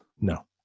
No